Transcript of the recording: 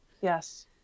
Yes